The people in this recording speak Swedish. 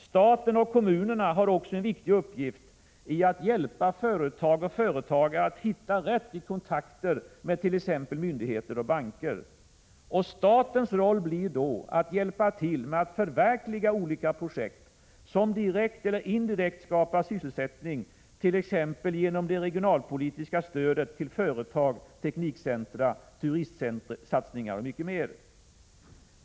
Staten och kommunerna har också en viktig uppgift i att hjälpa företag och företagare att hitta rätt i kontakter med t.ex. myndigheter och banker. Statens roll blir att hjälpa till med att förverkliga olika projekt, som direkt eller indirekt skapar sysselsättning, exempelvis genom det regionalpolitiska stödet till företag, teknikcentra, turistsatsningar och mycket mer.